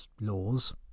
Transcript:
laws